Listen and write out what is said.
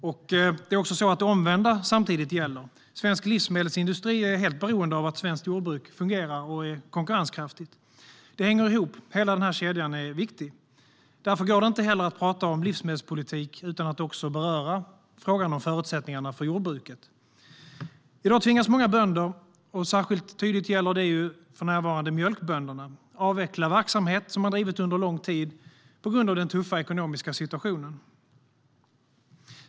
Men samtidigt gäller det omvända. Svensk livsmedelsindustri är helt beroende av att svenskt jordbruk fungerar och är konkurrenskraftigt. Det hänger ihop; hela kedjan är viktig. Därför går det inte heller att tala om livsmedelspolitik utan att också beröra frågan om förutsättningarna för jordbruket. I dag tvingas många bönder - för närvarande gäller det särskilt tydligt mjölkbönderna - att avveckla verksamhet som man har drivit under lång tid på grund av den tuffa ekonomiska situationen.